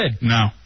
No